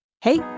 Hey